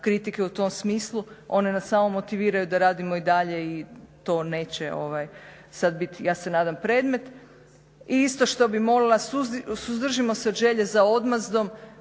kritike u tom smislu. One nas samo motiviraju da radimo i dalje i to neće sada biti ja se nadam predmet. I isto što bih molila, suzdržimo se od želje za odmazdom.